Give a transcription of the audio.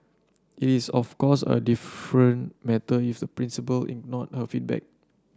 it is of course a different matter if the principal ignored her feedback